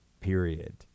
period